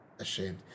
ashamed